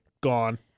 gone